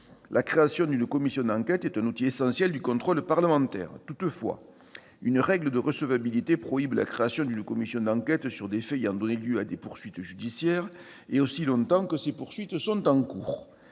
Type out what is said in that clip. La création d'une commission d'enquête est un outil essentiel du contrôle parlementaire. Toutefois, une règle de recevabilité prohibe la création d'une commission d'enquête sur des faits ayant donné lieu à des poursuites judiciaires aussi longtemps que ces poursuites sont en cours.